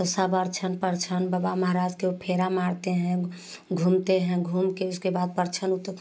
तो सब अरछन परछन बबा महाराज को फेरा मारते हैं घूमते हैं घूम के उसके बाद परछन